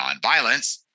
nonviolence